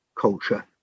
culture